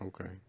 Okay